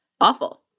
awful